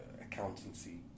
accountancy